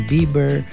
Bieber